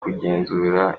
kugenzura